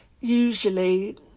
usually